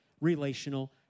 relational